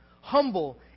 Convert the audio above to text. humble